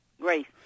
Grace